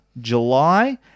July